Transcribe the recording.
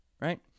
right